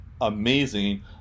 amazing